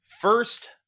First